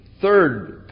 third